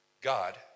God